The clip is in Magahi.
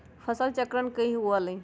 फसल चक्रण की हुआ लाई?